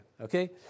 okay